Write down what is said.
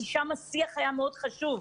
כי שם השיח היה מאוד חשוב.